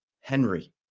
Henry